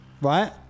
right